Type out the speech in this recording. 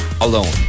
alone